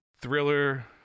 thriller